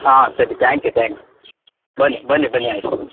ಹಾಂ ಸರಿ thank you thanks ಬನ್ನಿ ಬನ್ನಿ ಬನ್ನಿ ಆಯ್ತು